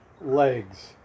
legs